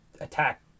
attack